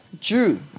drew